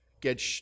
get